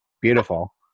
beautiful